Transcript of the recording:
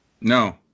No